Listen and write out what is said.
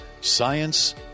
science